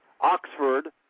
Oxford